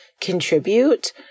contribute